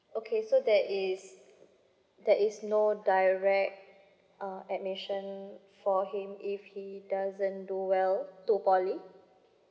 okay so that is that is no direct uh admission for him if he doesn't do well to poly